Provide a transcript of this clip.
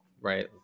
right